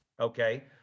okay